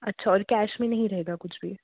अच्छा और कैश में नहीं रहेगा कुछ भी